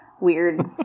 weird